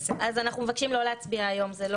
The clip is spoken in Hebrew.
אנחנו מגבילים רק את הבדיקות שמוגדרות.